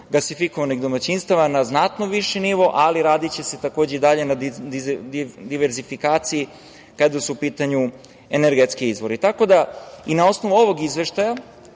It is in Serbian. gasifikovanih domaćinstava, na znatno viši nivo, ali radiće se, takođe, i dalje na diverzifikaciji kada su u pitanju energetski izvori. Tako da, i na osnovu ovog izveštaja